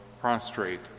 prostrate